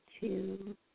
two